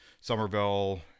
Somerville